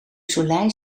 soleil